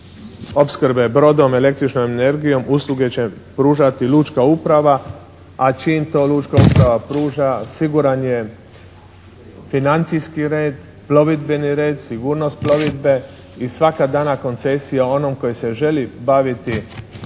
opskrbe brodom, električnom energijom, usluge će pružati lučka uprava. A čim to lučka uprava pruža siguran je financijski red, plovidbeni red, sigurnost plovidbe i svaka dana koncesija onom koji se želi baviti